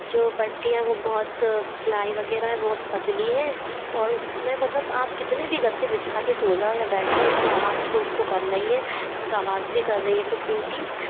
जो पट्टियाँ हैं वो बहुत प्लाई वग़ैरह है बहुत पतली है और उस में मतलब आप कितने भी गद्दे बिछा के सो जाओ या बैठ जाओ आवाज़ तो उसका करना ही है बहुत आवाज़ भी कर रही है वो पेठी